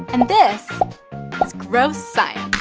and this is gross science